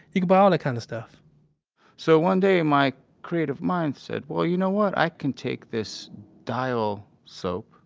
you can buy all the kind of stuff so, one day my creative mind said, well, you know what? i can take this dial so